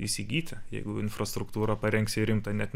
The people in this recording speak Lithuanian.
įsigyti jeigu infrastruktūrą parengsi rimtą net